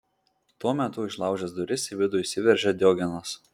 tuo metu išlaužęs duris į vidų įsiveržė diogenas